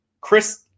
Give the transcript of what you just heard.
Chris